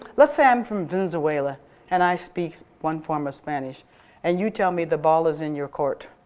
let's say i'm from venezuela and i speak one form a spanish and you tell me the ball is in your court.